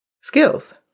Skills